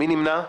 מי נמנע?